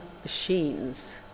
machines